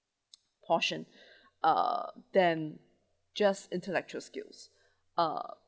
portion uh then just intellectual skills uh